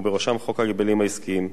ובראשם חוק ההגבלים העסקיים.